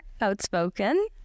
outspoken